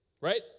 Right